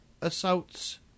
assaults